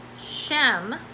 Shem